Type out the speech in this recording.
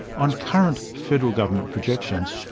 on current federal government projections,